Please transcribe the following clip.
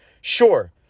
Sure